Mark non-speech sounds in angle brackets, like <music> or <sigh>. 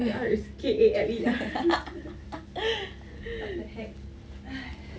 <laughs> what the heck <noise>